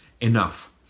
enough